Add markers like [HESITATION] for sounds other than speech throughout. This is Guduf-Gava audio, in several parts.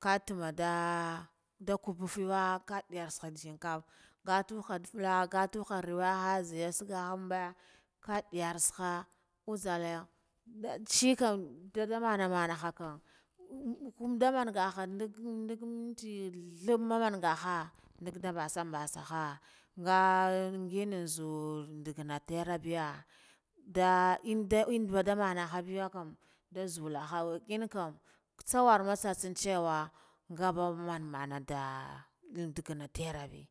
Kah tama da da kubuf yuwe nkadiyarsa shankafa nga tufa tubbaka rauwe he nzeya segga hande ka diyar tsaha uzale nda chekam nda damona manahakum [HESITATION] nda mangaha ndig ndig minci thabbama mangaha ndak ada mbasanbasaha, nga ngina zuz duggana tera mbneya nda inda inda invidu mana biyakam nda zulaha. Enkum tsavor tseneciwa nga nga babba mana manada ndagana tera be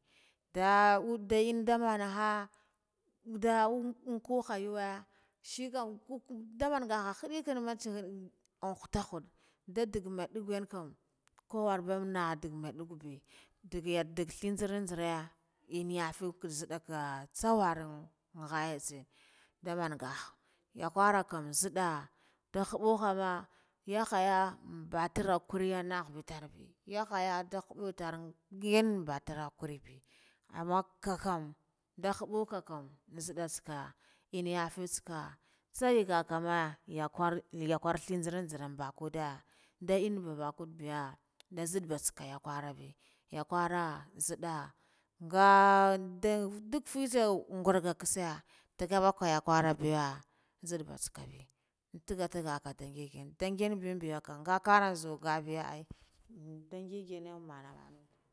nda udd inda manaha udda buha yuwe shekam kubkub nde mangaha hiddika mah cihin unhuta had da dak maddigwe kam kwure ba naha dak madduk ba nda dak yanthi nzeren nzera. Enna yafi nzidde kwa tsakaren khaya nzin nda mangah yakwara kam nzidda nda huppu hamma yakhaya batara kurgan nahbetarbe yakhaya, nda huppu yutar ngiyanbe amma khakam nda happa khakum nzidd tseka, enna yaji tsika tseyi gakame ya kwar yakwar thi nzeren nzera mbakuda pda in da mbakudeya, nda nzidda da tseka yakwora yakwora nzidda nga nda dakfitse ngar kwe kusa tagga baka yakwara biya nzidda ba tseka be in taghga tagga ka ngin ngin nda ngin ngin biyakam nga kara nzu ngabiya ai nda nginne mana.